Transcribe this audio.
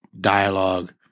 dialogue